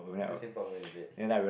still same problem is it